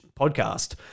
podcast